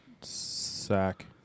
sack